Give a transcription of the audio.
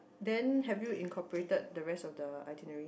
then have you incorporated the rest of the itinerary